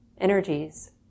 energies